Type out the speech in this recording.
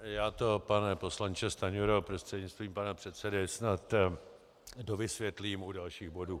Já to pane poslanče Stanjuro prostřednictvím pana předsedy snad dovysvětlím u dalších bodů.